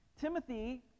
Timothy